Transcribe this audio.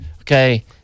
okay